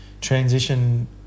transition